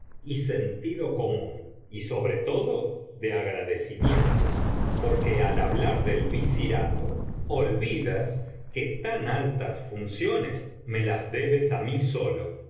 y sentido común y sobre todo de agradecimiento porque al hablar biblioteca valenciana generalitat valenciana las mil noches y una noche del visirato olvidas que tan altas funciones me las debes á mí solo